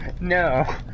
No